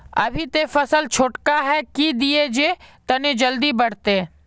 अभी ते फसल छोटका है की दिये जे तने जल्दी बढ़ते?